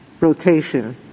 rotation